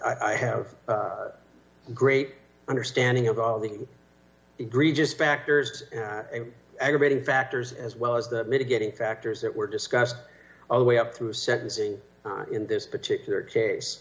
i have a great understanding of all the egregious factors and aggravating factors as well as the mitigating factors that were discussed all the way up through sentencing in this particular case